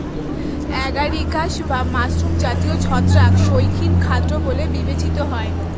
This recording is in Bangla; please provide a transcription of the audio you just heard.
অ্যাগারিকাস বা মাশরুম জাতীয় ছত্রাক শৌখিন খাদ্য বলে বিবেচিত হয়